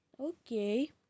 okay